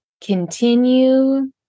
continue